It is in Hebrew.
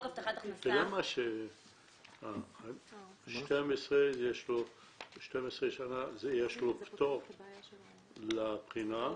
למה אחרי 12 שנה יש לו פטור מהבחינה,